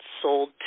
sold